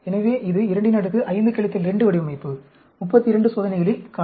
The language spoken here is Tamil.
எனவே இது 25 2 வடிவமைப்பு 32 சோதனைகளில் ¼